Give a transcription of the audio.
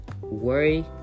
Worry